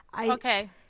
Okay